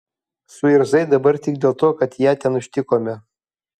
suirzai dabar tik dėl to kad ją ten užtikome